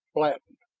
flattened.